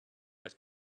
but